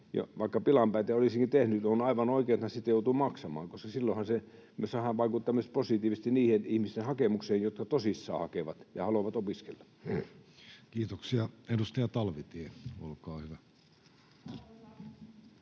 vaikka pilan päiten olisikin tehnyt, on perusteltu — on aivan oikein, että siitä joutuu maksamaan, koska silloinhan se vaikuttaa positiivisesti myös niiden ihmisten hakemukseen, jotka tosissaan hakevat ja haluavat opiskella. Kiitoksia. — Edustaja Talvitie, olkaa hyvä.